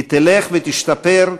היא תלך ותשתפר,